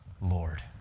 Lord